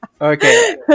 Okay